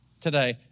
today